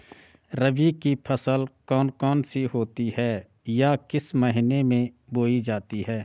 रबी की फसल कौन कौन सी होती हैं या किस महीने में बोई जाती हैं?